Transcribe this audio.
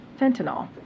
fentanyl